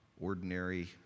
ordinary